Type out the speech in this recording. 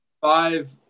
five